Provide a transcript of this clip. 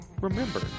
Remember